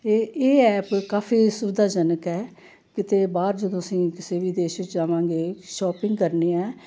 ਅਤੇ ਇਹ ਐਪ ਕਾਫੀ ਸੁਵਿਧਾਜਨਕ ਹੈ ਕਿਤੇ ਬਾਹਰ ਜਦੋਂ ਅਸੀਂ ਕਿਸੇ ਵੀ ਦੇਸ਼ ਵਿੱਚ ਜਾਵਾਂਗੇ ਸ਼ੋਪਿੰਗ ਕਰਨੀ ਹੈ